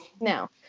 now